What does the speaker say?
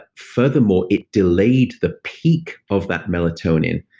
furthermore, it delayed the peak of that melatonin,